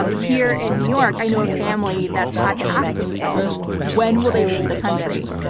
um here in new york, i know a family that's had to ask themselves when will they leave the country?